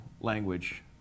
language